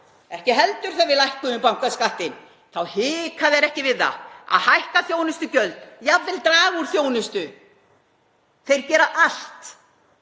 Ekki heldur þegar við lækkuðum bankaskattinn, þá hikuðu þeir ekki við það að hækka þjónustugjöld, jafnvel draga úr þjónustu. Þeir gera allt